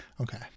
Okay